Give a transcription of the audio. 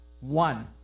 One